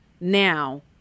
now